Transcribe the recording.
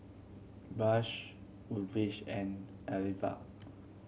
Bush and